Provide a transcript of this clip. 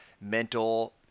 mental